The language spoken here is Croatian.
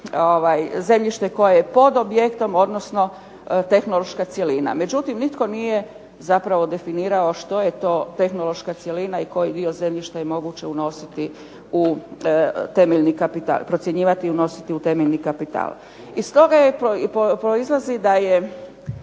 zemljište koje je pod objektom, odnosno tehnološka cjelina. Međutim nitko nije zapravo definirao što je to tehnološka cjelina i koji dio zemljišta je moguće unositi u temeljni kapital, procjenjivati i